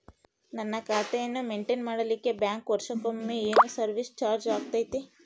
ನನ್ನ ಖಾತೆಯನ್ನು ಮೆಂಟೇನ್ ಮಾಡಿಲಿಕ್ಕೆ ಬ್ಯಾಂಕ್ ವರ್ಷಕೊಮ್ಮೆ ಏನು ಸರ್ವೇಸ್ ಚಾರ್ಜು ಹಾಕತೈತಿ?